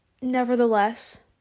nevertheless